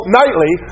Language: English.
nightly